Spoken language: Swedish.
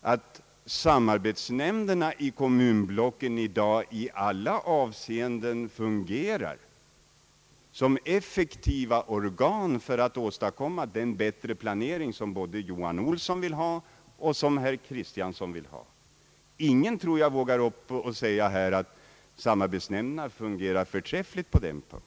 att samarbetsnämnderna i kommunblocken i dag i alla avseenden fungerar som effektiva organ för att åstadkomma en sådan bättre planering, som både herr Johan Olsson och herr Axel Kristiansson vill ha. Jag har från många olika håll i landet hört, att samarbetsnämnderna inte fungerar bra.